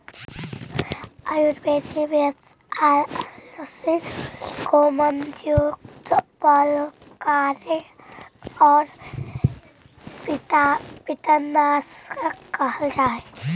आयुर्वेद में अलसी को मन्दगंधयुक्त, बलकारक और पित्तनाशक कहल जा हई